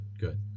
Good